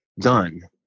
done